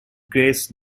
grace